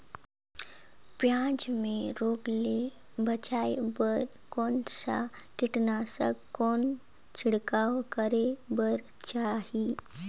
पियाज मे रोग ले बचाय बार कौन सा कीटनाशक कौन छिड़काव करे बर चाही?